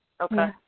Okay